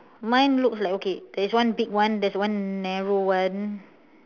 mine looks like okay there is one big one there is one narrow one